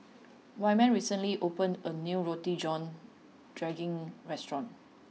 Wyman recently opened a new Roti John Daging restaurant